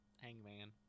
Hangman